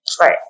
Right